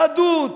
יהדות.